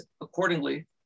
accordingly